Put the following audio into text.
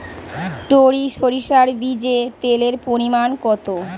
টরি সরিষার বীজে তেলের পরিমাণ কত?